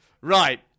right